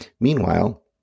Meanwhile